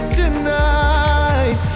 tonight